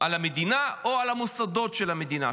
על המדינה או על המוסדות של המדינה,